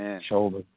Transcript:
shoulder